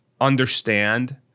understand